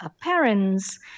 parents